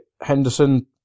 Henderson